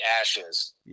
ashes